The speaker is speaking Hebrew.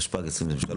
התשפ"ג-2023,